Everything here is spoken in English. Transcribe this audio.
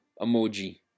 emoji